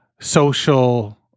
social